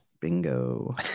Bingo